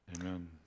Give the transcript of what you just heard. Amen